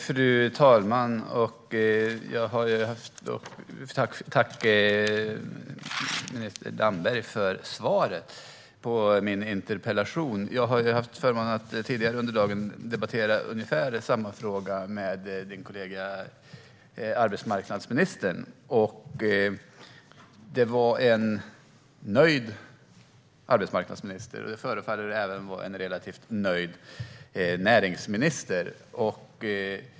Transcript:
Fru talman! Tack, minister Damberg, för svaret på min interpellation! Jag hade ju förmånen att tidigare under dagen debattera ungefär samma fråga med din kollega arbetsmarknadsministern. Det var en nöjd arbetsmarknadsminister, och det förefaller vara en relativt nöjd näringsminister också.